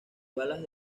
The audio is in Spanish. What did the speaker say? balas